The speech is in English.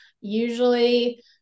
usually